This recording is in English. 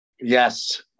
Yes